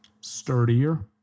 sturdier